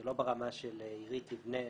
זה לא ברמה של עירית ליבנה,